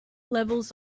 levels